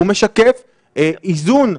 הוא משקף איזון,